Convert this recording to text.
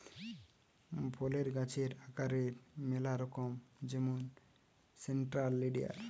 ফলের গাছের আকারের ম্যালা রকম যেমন সেন্ট্রাল লিডার